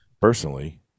personally